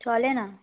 চলে না